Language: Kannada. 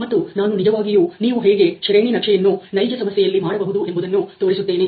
ಮತ್ತು ನಾನು ನಿಜವಾಗಿಯೂ ನೀವು ಹೇಗೆ ಶ್ರೇಣಿ ನಕ್ಷೆಯನ್ನು ನೈಜ ಸಮಸ್ಯೆಯಲ್ಲಿ ಮಾಡಬಹುದು ಎಂಬುದನ್ನು ತೋರಿಸುತ್ತೇನೆ